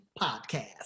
podcast